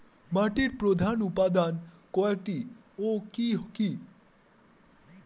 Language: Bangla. মাটির প্রধান উপাদান কয়টি ও কি কি?